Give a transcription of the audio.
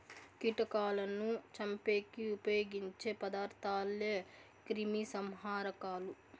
కీటకాలను చంపేకి ఉపయోగించే పదార్థాలే క్రిమిసంహారకాలు